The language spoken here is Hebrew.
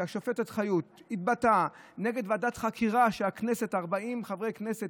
השופטת חיות התבטאה נגד ועדת חקירה ש-40 חברי כנסת